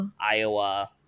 Iowa